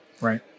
Right